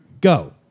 go